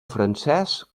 francès